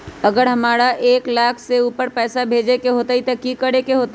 अगर हमरा एक लाख से ऊपर पैसा भेजे के होतई त की करेके होतय?